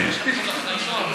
זה בניגוד לחוק.